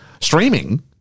streaming